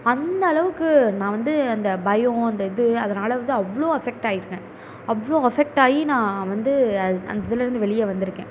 அந்த அளவுக்கு நான் வந்து அந்த பயம் அந்த இது அதனால் வந்து அவ்வளோ அஃபெக்ட் ஆகியிருக்கேன் அவ்வளோ அஃபெக்ட் ஆகி நான் வந்து அது அந்த இதில் இருந்து வெளியே வந்திருக்கேன்